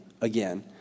again